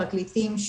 פרקליטים,